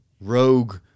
rogue